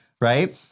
Right